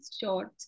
short